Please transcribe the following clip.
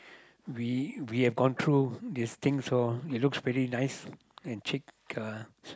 we we have gone through this thing so it looks really nice and chic uh